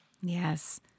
Yes